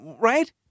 right